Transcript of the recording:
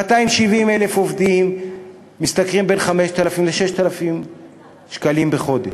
270,000 עובדים משתכרים בין 5,000 ל-6,000 שקלים בחודש,